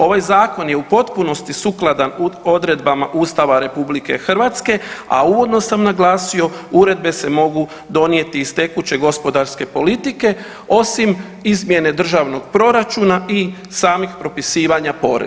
Ovaj zakon je u potpunosti sukladan odredbama Ustava RH, a uvodno sam naglasio uredbe se mogu donijeti iz tekuće gospodarske politike osim izmjene državnog proračuna i samih propisivanja poreza.